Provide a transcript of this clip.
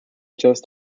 just